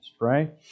right